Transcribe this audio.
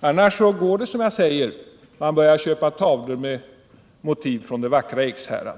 Annars går det som jag tidigare sagt, man börjar köpa tavlor med motiv från det vackra Ekshärad.